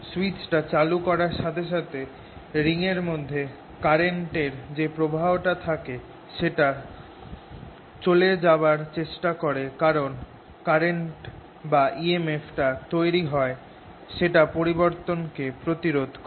সুইচটা চালু করার সাথে সাথে রিং এর মধ্যে কারেন্ট এর যে প্রবাহটা থাকে সেটা সেটা চলে যাবার চেষ্টা করে কারণ যেই কারেন্ট বা emf টা তৈরি হয় সেটা পরিবর্তন কে প্রতিরোধ করে